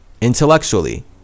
intellectually